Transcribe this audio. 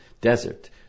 Desert